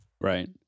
Right